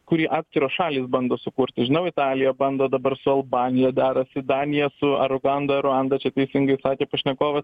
kurį atskiros šalys bando sukurt žinau italija bando dabar su albanija derasi danija su aruganda aruanda čia teisingai sakė pašnekovas